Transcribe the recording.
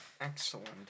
Excellent